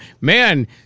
man